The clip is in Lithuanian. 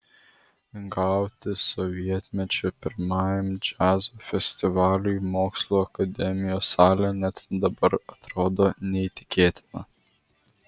gauti sovietmečiu pirmajam džiazo festivaliui mokslų akademijos salę net dabar atrodo neįtikėtina